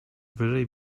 wyżej